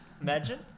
Imagine